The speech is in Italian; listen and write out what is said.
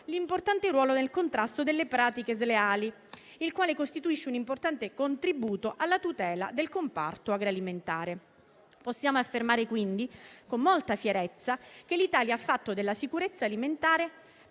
l'importante ruolo nel contrasto delle pratiche sleali, il quale costituisce un importante contributo alla tutela del comparto agroalimentare. Possiamo quindi affermare con molta chiarezza che l'Italia ha fatto della sicurezza alimentare